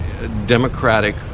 Democratic